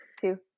two